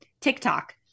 TikTok